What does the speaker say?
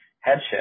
headship